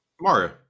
Mario